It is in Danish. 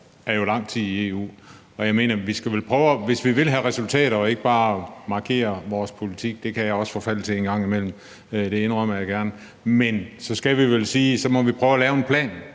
år er lang tid i EU, og hvis vi vil have resultater og ikke bare markere vores politik – det kan jeg også forfalde til en gang imellem, indrømmer jeg gerne – så skal vi vel prøve at lave en plan